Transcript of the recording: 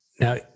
Now